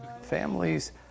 Families